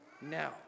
now